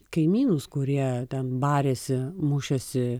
kaimynus kurie ten barėsi mušėsi